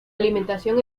alimentación